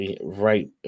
right